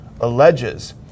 alleges